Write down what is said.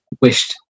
wished